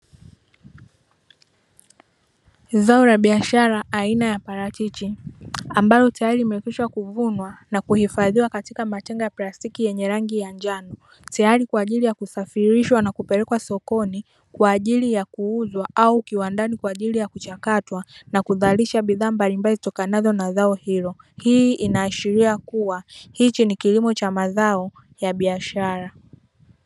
Zao la biashara aina la parachichi ambalo tayari limekwisha kuvunwa na kuhifadhiwa katika matenga ya plastiki yenye rangi ya njano, tayari kwa ajili ya kusafirishwa na kupelekwa sokoni kwa ajili ya kuuzwa au kiwandani kwa ajili ya kuchakatwa na kuzalisha bidhaa mbalimbali zitokanazo na zao hilo. Hii inaashiria kua hiki ni kilimo cha mazao ya biashara.